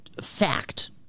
fact